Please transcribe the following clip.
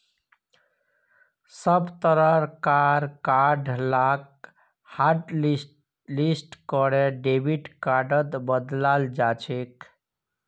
सब तरह कार कार्ड लाक हाटलिस्ट करे डेबिट कार्डत बदलाल जाछेक